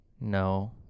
No